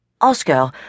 Oscar